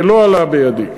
ולא עלה בידי.